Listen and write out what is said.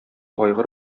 айгыр